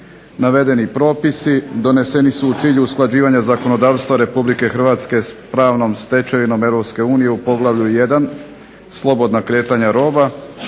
Navedeni propisi doneseni su u cilju usklađivanja zakonodavstva Republike Hrvatske s pravnom stečevinom Europske unije u poglavlju I. – Slobodna kretanja roba,